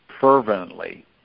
fervently